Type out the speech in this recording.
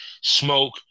Smoke